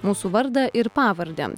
mūsų vardą ir pavardę